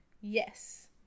yes